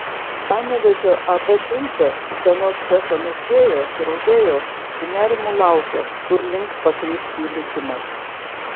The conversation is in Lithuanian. panevėžio ab tulpė utenos cecho mezgėjos ir audėjos su nerimu laukė kurlink pakryps jų likimas